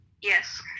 Yes